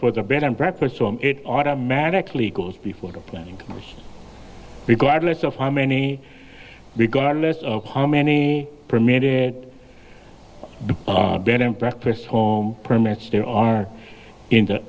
for the bed and breakfast so it automatically goes before the planning committee regardless of how many regardless of how many permitted the bed and breakfasts home permits there are in the